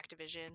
Activision